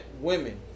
women